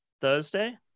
Thursday